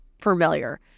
familiar